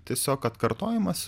tiesiog atkartojimas